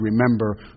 remember